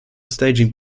staging